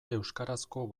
euskarazko